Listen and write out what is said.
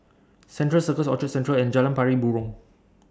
Central Circus Orchard Central and Jalan Pari Burong